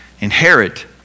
inherit